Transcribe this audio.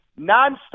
nonstop